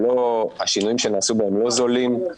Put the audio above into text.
השינויים שנעשו בו הם לא זולים,